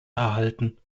erhalten